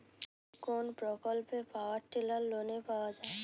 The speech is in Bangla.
কোন প্রকল্পে পাওয়ার টিলার লোনে পাওয়া য়ায়?